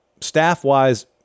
staff-wise